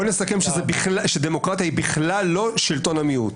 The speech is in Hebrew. בואי נסכם שדמוקרטיה היא בכלל לא שלטון המיעוט.